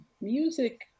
music